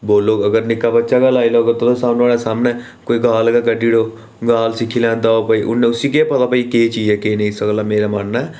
बोलग अगर निक्का बच्चा गै लाई लैओ अगर तुसें नुआढ़े सामनै कोई गाल गै कड्ढी ओड़ग उनें गाल सिक्खी लैंदा ओह् उसी केह् पता कि भाई केह् चीज ऐ केह् नेईं इस्सै गल्ला मेरा मन्नना ऐ